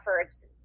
efforts